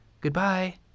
goodbye